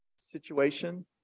situation